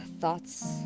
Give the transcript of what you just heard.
thoughts